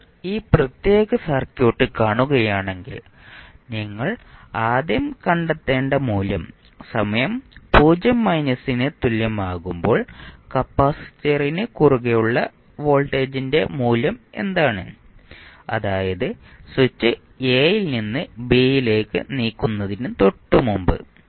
ഇപ്പോൾ ഈ പ്രത്യേക സർക്യൂട്ട് കാണുകയാണെങ്കിൽ നിങ്ങൾ ആദ്യം കണ്ടെത്തേണ്ട മൂല്യം സമയം 0 മൈനസിന് തുല്യമാകുമ്പോൾ കപ്പാസിറ്ററിന് കുറുകെയുള്ള വോൾട്ടേജിന്റെ മൂല്യം എന്താണ് അതായത് സ്വിച്ച് എയിൽ നിന്ന് ബിയിലേക്ക് നീക്കുന്നതിന് തൊട്ടുമുമ്പ്